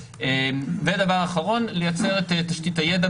דבר אחרון זה ייצור תשתית הידע,